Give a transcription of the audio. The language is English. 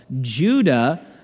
Judah